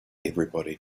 everybody